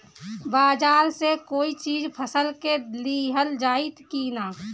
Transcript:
बाजार से कोई चीज फसल के लिहल जाई किना?